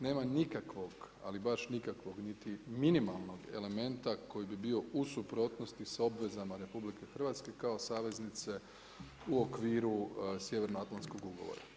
Nema nikakvog ali baš nikakvog niti minimalnog elementa koji bi bio u suprotnosti s obvezama sa RH kao saveznice u okviru Sjeverno atlantskog ugovora.